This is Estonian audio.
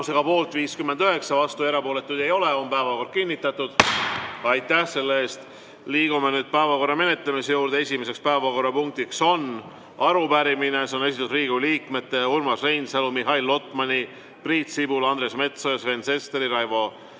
päevakorra menetlemise juurde. Esimeseks päevakorrapunktiks on arupärimine. Selle on esitanud Riigikogu liikmed Urmas Reinsalu, Mihhail Lotman, Priit Sibul, Andres Metsoja, Sven Sester, Raivo